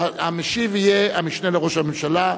והמשיב יהיה המשנה לראש הממשלה,